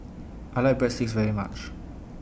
I like Breadsticks very much